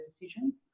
decisions